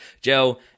Joe